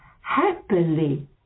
Happily